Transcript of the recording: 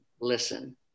listen